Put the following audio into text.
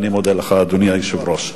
אני מודה לך, אדוני היושב-ראש.